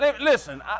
Listen